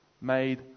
made